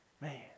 Man